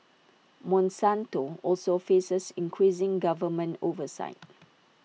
monsanto also faces increasing government oversight